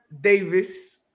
Davis